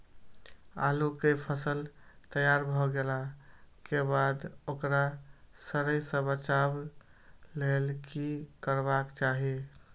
आलू केय फसल तैयार भ गेला के बाद ओकरा सड़य सं बचावय लेल की करबाक चाहि?